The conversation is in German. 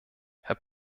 herr